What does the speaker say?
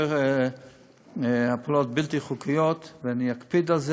לאשר הפלות בלתי חוקיות, ואני אקפיד על זה.